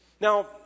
Now